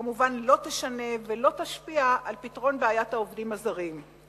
וכמובן לא תשנה ולא תשפיע על פתרון בעיית העובדים הזרים.